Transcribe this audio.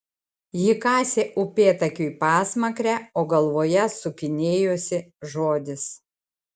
ji kasė upėtakiui pasmakrę o galvoje sukinėjosi žodis